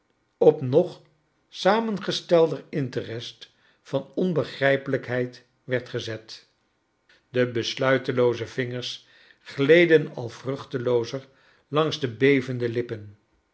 op nog samengestelder interest van onbegrijpelijkheid werd gezet de besluitelooze vingers gleden al vruchteloozer langs de bevende lippen